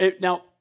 Now